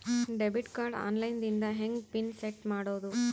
Debit card online ದಿಂದ ಹೆಂಗ್ pin set ಮಾಡೋದು?